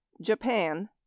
japan